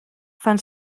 fan